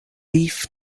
leaf